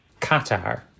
Qatar